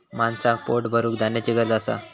माणसाक पोट भरूक धान्याची गरज असा